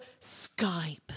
Skype